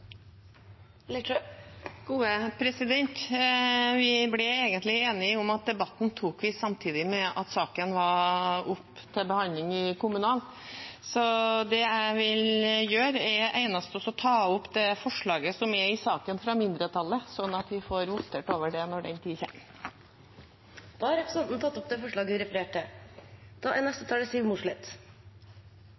Vi ble enige om at vi tok debatten da saken var oppe til behandling i kommunalkomiteen, så det eneste jeg vil gjøre, er å ta opp det forslaget fra mindretallet, slik at vi får votert over det når den tid kommer. Da har representanten Kirsti Leirtrø tatt opp det forslaget hun refererte til. Jeg tegnet meg egentlig for å ta opp det forslaget som ble tatt opp av Arbeiderpartiet. Elsparkesykler er